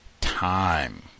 time